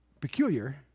peculiar